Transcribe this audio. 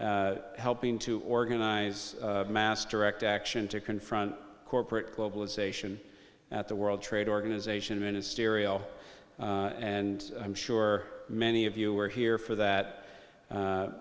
helping to organize master ect action to confront corporate globalization at the world trade organization ministerial and i'm sure many of you were here for that